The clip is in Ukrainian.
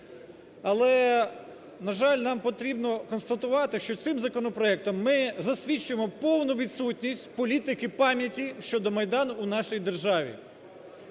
Але, на жаль, нам потрібно констатувати, що цим законопроектом ми засвідчимо повну відсутність політики пам'яті щодо Майдану у нашій державі.